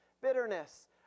bitterness